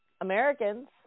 Americans